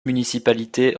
municipalités